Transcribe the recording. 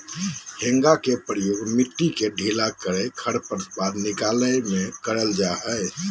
हेंगा के प्रयोग मिट्टी के ढीला करे, खरपतवार निकाले में करल जा हइ